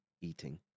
eating